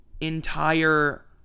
entire